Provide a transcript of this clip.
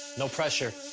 no pressure.